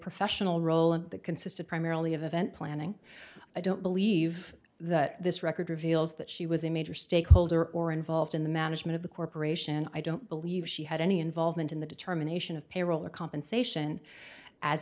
professional role and that consisted primarily of event planning i don't believe that this record reveals that she was a major stakeholder or involved in the management of the corporation i don't believe she had any involvement in the determination of payroll or compensation as